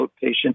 patients